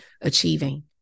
achieving